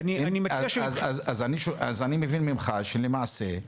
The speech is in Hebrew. אז אני מבין ממך שלמעשה,